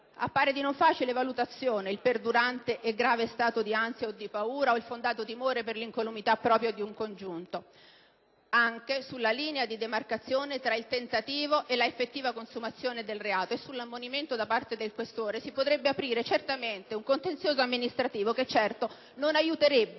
Appare di non facile valutazione il "perdurante e grave stato di ansia o di paura" o il "fondato timore per l'incolumità propria o di un prossimo congiunto"; lo stesso vale per la linea di demarcazione tra il tentativo e l'effettiva consumazione del reato. E sull'ammonimento da parte del questore si potrebbe aprire certamente un contenzioso amministrativo che sicuramente non aiuterebbe